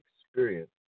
experience